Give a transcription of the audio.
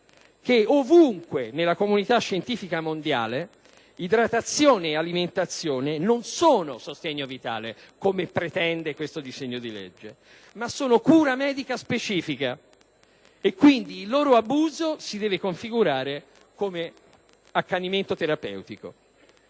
che ovunque, nella comunità scientifica mondiale, idratazione e alimentazione non sono sostegno vitale, come pretende questo disegno di legge, ma cura medica specifica, e quindi il loro abuso si deve configurare come accanimento terapeutico.